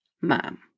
mom